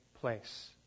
place